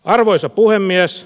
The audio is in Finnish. arvoisa puhemies